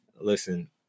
listen